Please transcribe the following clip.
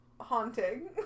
Haunting